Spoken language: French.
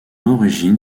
origine